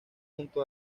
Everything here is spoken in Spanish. junto